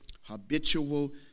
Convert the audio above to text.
habitual